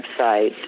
website